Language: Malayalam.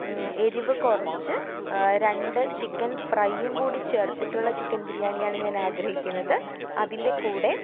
എരിവ് കുറച്ച് രണ്ട് ചിക്കന് ഫ്രൈയും കൂടി ചേര്ത്തിട്ട് ഉള്ള ചിക്കന് ബിരിയാണിയാണ് ഞാനാഗ്രഹിക്കുന്നത് അതിന്റെ കൂടെ